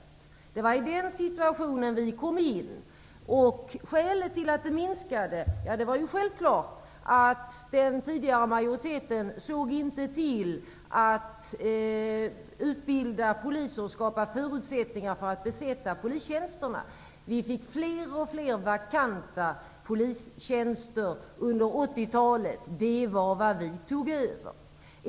Det var i den situationen vi kom in. Skälet till att resurserna minskade var självklart att den tidigare majoriteten inte såg till att utbilda poliser och skapa förutsättningar för att besätta polistjänsterna. Vi fick fler och fler vakanta polistjänster under 80-talet. Det var vad vi tog över.